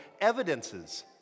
evidences